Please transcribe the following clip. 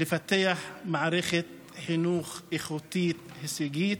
לפתח מערכת חינוך איכותית, הישגית,